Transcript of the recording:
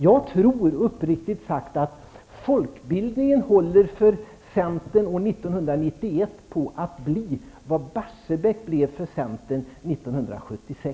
Jag tror uppriktigt sagt att folkbildningen håller för centern år 1991 på att bli vad Barsebäck blev för centern 1976.